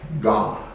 God